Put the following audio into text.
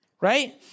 right